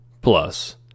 Plus